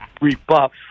rebuff